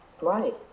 Right